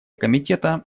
комитета